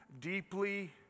deeply